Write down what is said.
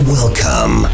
Welcome